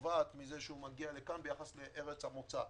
שנובעת מזה שהוא מגיע לכאן ביחס לארץ המוצא.